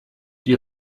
die